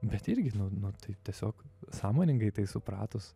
bet irgi nu nu tai tiesiog sąmoningai tai supratus